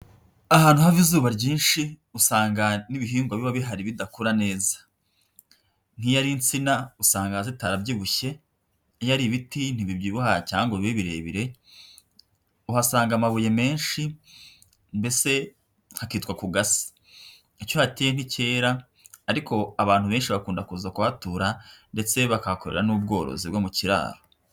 Ahantu haba izuba ryinshi usanga n'ibihingwa biba bihari bidakura neza. Nk'iyo ari insina usanga zitarabyibushye, iyo ari ibiti ntibibyibuha cyangwa bibi birebire, uhasanga amabuye menshi, mbese hakitwa ku gasi. Icyo uhateye nticyera ariko abantu benshi bakunda kuza kuhatura ndetse bakahakorera n'ubworozi bwo mu kiraro.